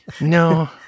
No